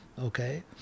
Okay